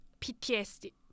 PTSD